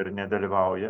ir nedalyvauja